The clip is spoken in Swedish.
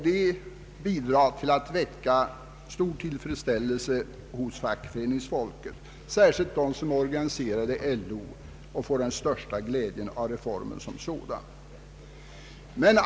Det bidrar till att väcka stor tillfredsställelse hos fackföreningsfolk — särskilt bland de arbetare som är organiserade i LO — som får den största glädjen av reformen.